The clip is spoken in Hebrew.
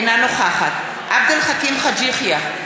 אינה נוכחת עבד אל חכים חאג' יחיא,